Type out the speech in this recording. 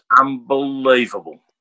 unbelievable